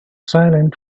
silent